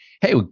hey